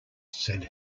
said